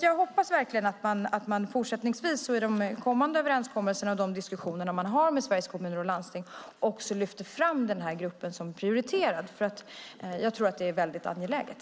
Jag hoppas verkligen att man fortsättningsvis i de kommande överenskommelserna och i de diskussioner man har med Sveriges Kommuner och Landsting lyfter fram den här gruppen som prioriterad, för jag tror att det är väldigt angeläget.